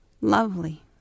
lovely